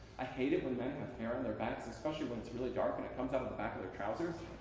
i hate it when men have hair on their back especially when it's really dark and it comes out of the back of their trousers.